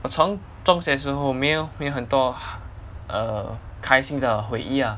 我从中学的时候没有没有很多 err 开心的回忆 lah